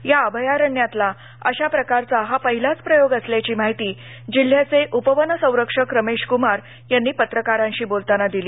या अभयारण्यातला अशा प्रकारचा हा पहिलाच प्रयोग असल्याची माहिती जिल्ह्याचे उपवनसंरक्षक रमेश कुमार यांनी पत्रकारांशी बोलताना दिली